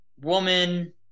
woman